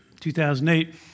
2008